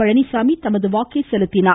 பழனிசாமி தமது வாக்கை செலுத்தினார்